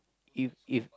if if